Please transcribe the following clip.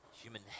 human